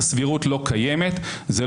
לעשות, כי הרי הכול תלוי זה בזה.